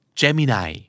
gemini